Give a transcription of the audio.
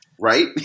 right